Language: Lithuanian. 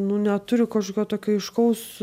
nu neturi kažkokio tokio aiškaus